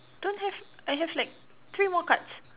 don't have I have like three more cards